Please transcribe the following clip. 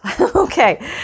okay